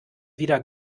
wieder